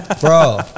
Bro